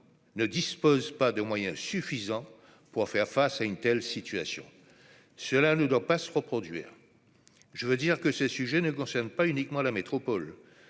ne dispose pas de moyens suffisants pour faire face à une telle situation, cela ne doit pas se reproduire, je veux dire que ce sujet ne concerne pas uniquement la métropole